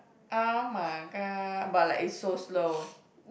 [oh]-my-god but like it's so slow